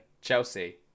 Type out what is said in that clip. Chelsea